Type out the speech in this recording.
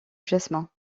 jasmin